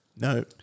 No